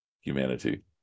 humanity